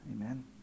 Amen